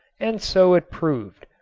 and so it proved.